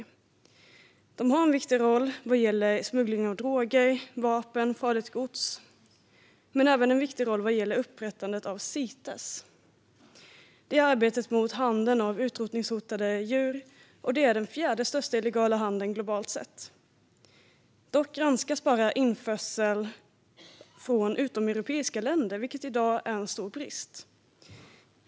Tullverket har en viktig roll vad gäller att bekämpa smuggling av droger, vapen och farligt gods men även vad gäller upprättandet av Cites, arbetet mot handeln av utrotningshotade djur som är den fjärde största illegala handeln globalt sett. Dock granskas bara införsel från utomeuropeiska länder, vilket i dag är en stor brist.